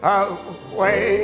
away